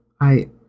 I